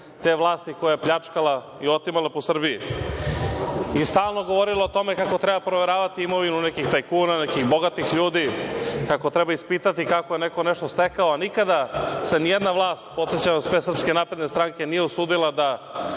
te vlasti koja pljačkala i otimala po Srbiji, i stalno govorili o tome kako treba proveravati imovinu nekih tajkuna, nekih bogatih ljudi, kako treba ispitati kako je neko nešto stekao. Nikada se ni jedna vlast, podsećam vas, pre SNS nije usudila da